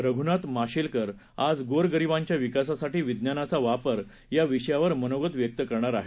रघुनाथ माशेलकर आज गोरगरिबांच्या विकासासाठी विज्ञानाचा वापर या विषयावर मनोगत व्यक्त करणार आहेत